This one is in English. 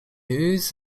news